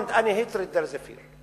beyond any hatred there is a fear,